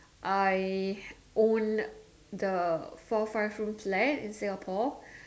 I own the four five room flat in Singapore